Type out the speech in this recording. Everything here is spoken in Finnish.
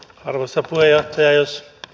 arvoisa puheenjohtaja